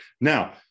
Now